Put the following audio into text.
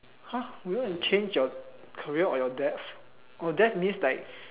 !huh! you want to change your career or your death oh death means like